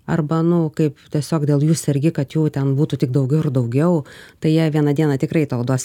arba nu kaip tiesiog dėl jų sergi kad jų ten būtų tik daugiau ir daugiau tai jie vieną dieną tikrai tau duos